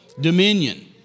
dominion